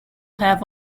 have